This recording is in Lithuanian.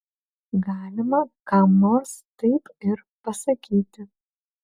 galima kam nors taip ir pasakyti